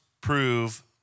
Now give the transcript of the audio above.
prove